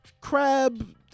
crab